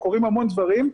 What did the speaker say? קורים המון דברים.